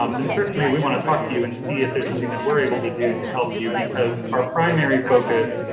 um then certainly we want to talk to you, and see if there's something that we're able to do to help you because our primary focus,